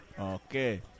Okay